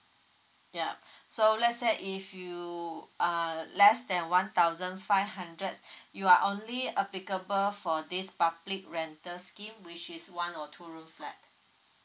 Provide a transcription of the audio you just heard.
yeah so let's say if you err less than one thousand five hundred you are only applicable for this public rental scheme which is one or two room flat